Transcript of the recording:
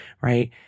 right